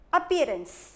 appearance